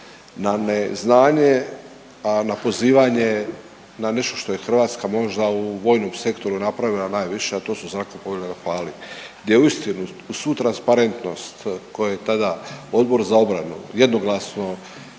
na neznanje, a na pozivanje na nešto što je Hrvatska možda u vojnom sektoru napravila najviše a to su zrakoplovni rafali, gdje uistinu svu transparentnost koju je tada Odbor za obranu jednoglasno